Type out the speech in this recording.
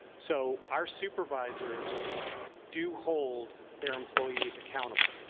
so our supervisors do hold their employees accountable.